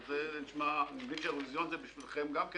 אני מבין שהאירוויזיון זה בשבילכם גם כן